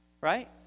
Right